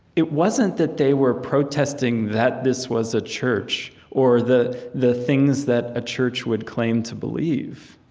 it wasn't that they were protesting that this was a church, or the the things that a church would claim to believe.